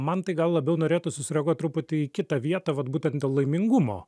man tai gal labiau norėtųsi reaguot truputį į kitą vietą vat būtent dėl laimingumo